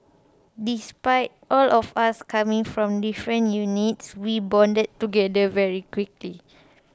despite all of us coming from different units we bonded together very quickly